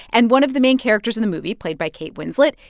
and one of the main characters in the movie, played by kate winslet,